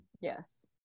Yes